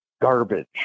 garbage